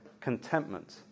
contentment